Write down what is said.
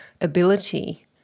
ability